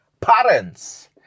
parents